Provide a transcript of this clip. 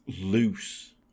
Loose